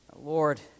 Lord